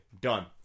done